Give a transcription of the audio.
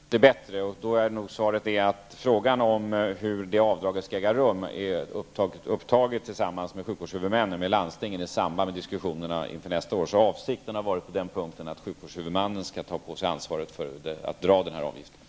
Fru talman! Nu har jag uppfattat Karin Israelssons fråga litet bättre. Därför vill jag nog svara att frågan om hur avdraget skall ske har tagits upp tillsammans med sjukvårdshuvudmännen och landstingen i samband med diskussionerna inför nästa år. Avsikten på den punkten har varit att sjukvårdshuvudmannen skall ta på sig ansvaret för att den här avgiften dras.